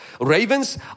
Ravens